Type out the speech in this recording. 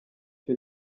cyo